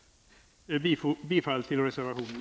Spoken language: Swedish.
Jag yrkar bifall till reservationen.